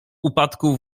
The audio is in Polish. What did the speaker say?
upadku